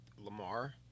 Lamar